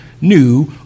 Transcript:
new